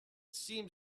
seemed